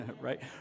right